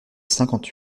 cinquante